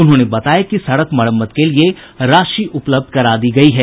उन्होंने बताया कि सड़क मरम्मत के लिए राशि उपलब्ध करा दी गयी है